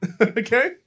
okay